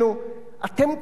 אתם קובעים כללים,